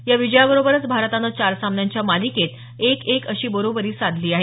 या विजयाबरोबरच भारतानं चार सामन्यांच्या मालिकेत एक एक अशी बरोबरी साधली आहे